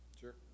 Sure